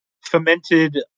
fermented